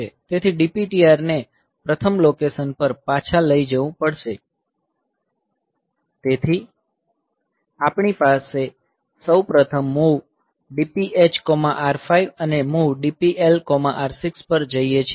તેથી DPTR ને પ્રથમ લોકેશન પર પાછા લઈ જવું પડશે તેથી આપણે સૌ પ્રથમ MOV DPHR5 અને MOV DPLR6 પર જઈએ છીએ